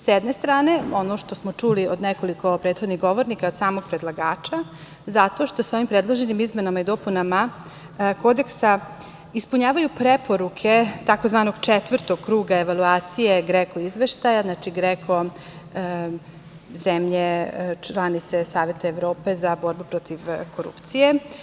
S jedne strane, ono što smo čuli od nekoliko prethodnih govornika i od samog predlagača, zato što se ovim predloženim izmenama i dopunama Kodeksa ispunjavaju preporuke tzv. Četvrtog kruga evaluacije GREKO izveštaja, znači, GREKO zemlje članice Saveta Evrope za borbu protiv korupcije.